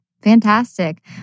Fantastic